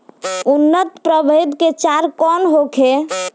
उन्नत प्रभेद के चारा कौन होखे?